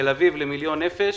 בתל-אביב למיליון נפש